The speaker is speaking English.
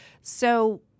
So-